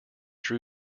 drew